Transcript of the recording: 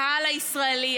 הקהל הישראלי,